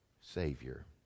Savior